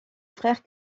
frère